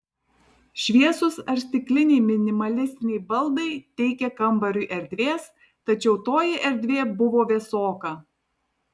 šviesūs ar stikliniai minimalistiniai baldai teikė kambariui erdvės tačiau toji erdvė buvo vėsoka